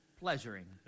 pleasuring